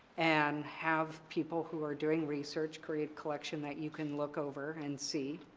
and have people who are doing research create collection that you can look over and see.